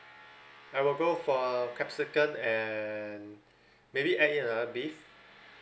I will go for capsicum and maybe and in another beef